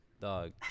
dog